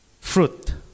fruit